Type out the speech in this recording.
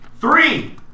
Three